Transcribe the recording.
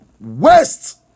west